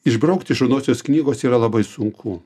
išbraukti iš raudonosios knygos yra labai sunku